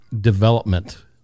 development